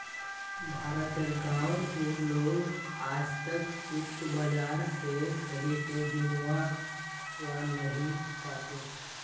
भारत तेर गांव उर लोग आजतक वित्त बाजार से सही से जुड़ा वा नहीं पा छे